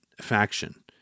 faction